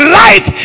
life